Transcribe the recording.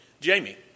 Jamie